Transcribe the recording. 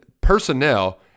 PERSONNEL